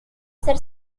ser